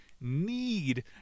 need